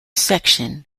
section